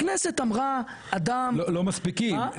הכנסת אמרה אדם --- לא מספיקים,